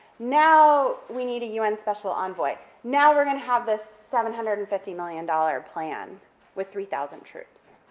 now we need a un special envoy, now we're going to have this seven hundred and fifty million dollar plan with three thousand troops.